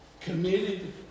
committed